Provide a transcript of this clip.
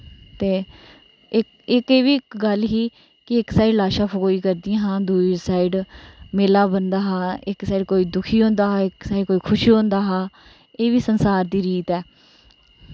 ते इक इब्भी गल्ल ही कि इक साईड लाशां फकोए करदियां हां दुई साईड मेला बनदा हा इक साईड कोई दुखी होंदा हा इक साईड कोई खुश होंदा हा एह् बी संसार दी रीत ऐ